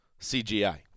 CGI